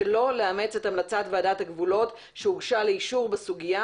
שלא לאמץ את המלצת ועדת הגבולות שהוגשה לאישור בסוגיה,